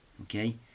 Okay